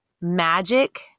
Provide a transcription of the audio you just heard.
magic